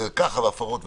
והפרות והכול.